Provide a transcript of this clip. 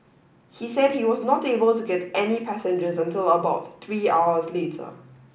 he said he was not able to get any passengers until about three hours later